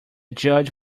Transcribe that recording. judge